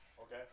Okay